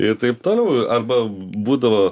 ir taip toliau arba būdavo